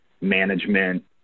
management